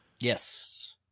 Yes